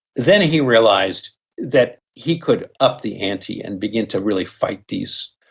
then he realised that he could up the ante and begin to really fight these.